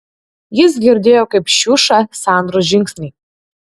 jis girdėjo kaip šiuša sandros žingsniai